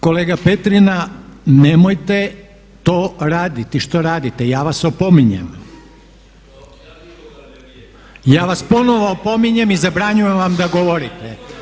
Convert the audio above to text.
Kolega Petrina nemojte to raditi što radite, ja vas opominjem. … [[Upadica se ne razumije.]] Ja vas ponovno opominjem i zabranjujem vam da govorite!